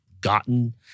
gotten